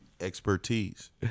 Expertise